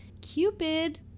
Cupid